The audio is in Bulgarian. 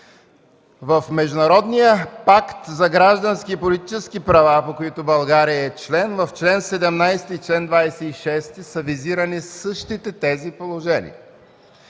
В Международния пакт за граждански и политически права, на които България е член, в чл. 17 и чл. 26 са визирани същите тези положения.